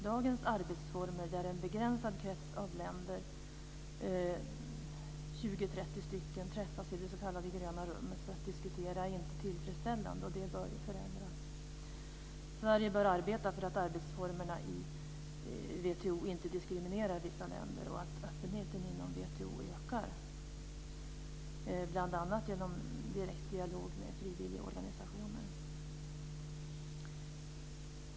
Dagens arbetsformer där en begränsad krets av länder, 20-30 länder, träffas i det s.k. gröna rummet för att diskutera är inte tillfredsställande, och de bör förändras. Sverige bör arbeta för att arbetsformerna i WTO inte diskriminerar vissa länder och att öppenheten inom WTO ökar, bl.a. genom direkt dialog med frivilliga organisationer.